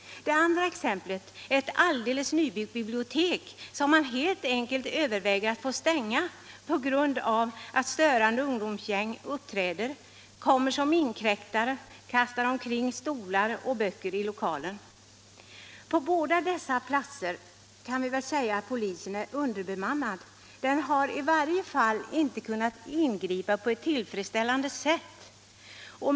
Det andra exemplet är ett alldeles nybyggt bibliotek, som man helt enkelt överväger att stänga på grund av att ungdomsgäng uppträder störande. De kommer som inkräktare och kastar omkring stolar och böcker i lokalen. På båda dessa platser kan det väl sägas att polisen är underbemannad. I varje fall har den inte kunnat ingripa på ett tillfredsställande sätt.